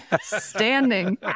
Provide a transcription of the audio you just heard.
standing